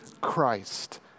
Christ